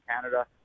Canada